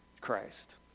Christ